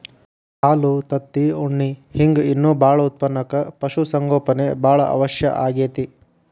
ಹಾಲು ತತ್ತಿ ಉಣ್ಣಿ ಹಿಂಗ್ ಇನ್ನೂ ಬಾಳ ಉತ್ಪನಕ್ಕ ಪಶು ಸಂಗೋಪನೆ ಬಾಳ ಅವಶ್ಯ ಆಗೇತಿ